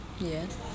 Yes